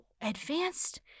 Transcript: advanced